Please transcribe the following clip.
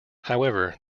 however